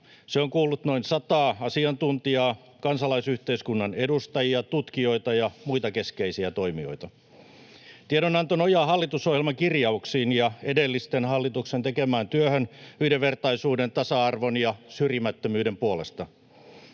Se on kuullut noin sataa asiantuntijaa: kansalaisyhteiskunnan edustajia, tutkijoita ja muita keskeisiä toimijoita. Tiedonanto nojaa hallitusohjelman kirjauksiin ja edellisten hallitusten tekemään työhön yhdenvertaisuuden, tasa-arvon ja syrjimättömyyden puolesta.